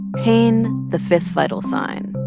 pain the fifth vital sign.